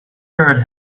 yard